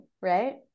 right